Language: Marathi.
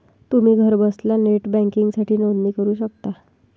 तुम्ही घरबसल्या नेट बँकिंगसाठी नोंदणी करू शकता